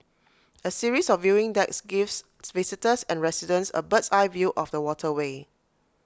A series of viewing decks gives visitors and residents A bird's eye view of the waterway